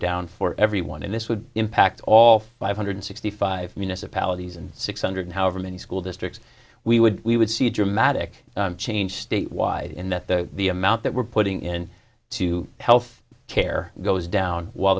down for everyone and this would impact all five hundred sixty five municipalities and six hundred however many school districts we would we would see a dramatic change statewide in that the the amount that we're putting in to health care goes down while